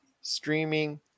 streaming